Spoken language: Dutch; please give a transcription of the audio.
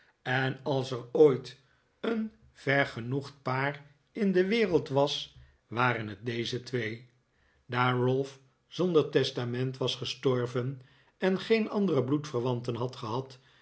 en als er ooit een vergenoegd paar in de wereld was waren het deze twee daar ralph zonder testament was gestorven en geen andere bloedverwanten had gehad